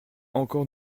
encore